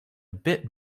bit